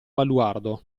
baluardo